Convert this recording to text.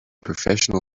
professional